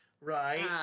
Right